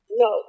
No